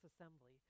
assembly